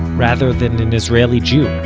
rather than an israeli jew